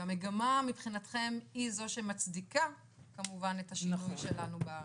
והמגמה מבחינתכם היא זו שמצדיקה כמובן את השינוי שלנו בהנחיה.